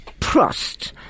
prost